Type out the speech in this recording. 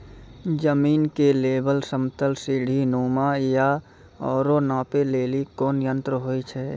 जमीन के लेवल समतल सीढी नुमा या औरो नापै लेली कोन यंत्र होय छै?